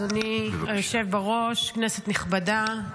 אדוני היושב-בראש, כנסת נכבדה,